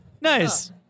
Nice